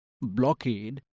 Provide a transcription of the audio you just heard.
blockade